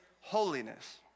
holiness